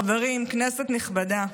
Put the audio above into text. חברים, כנסת נכבדה,